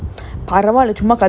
ஆமா உன்:aamaa un bluetooth